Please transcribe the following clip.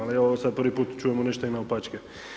Ali, evo sad prvi put čujemo nešto i naopačke.